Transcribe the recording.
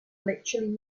literally